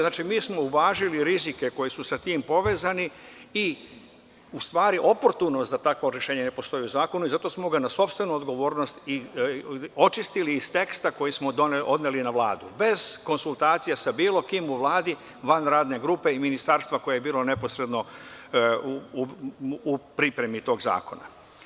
Znači, mi smo uvažili rizike koji su sa tim povezani i u stvari oportuno za takvo rešenje ne postoji u zakonu i zato smo ga na sopstvenu odgovornost očistili iz teksta koji smo odneli na Vladu, bez konsultacija sa bilo kim u Vladi van radne grupe i ministarstva koje je bilo neposredno u pripremi tog zakona.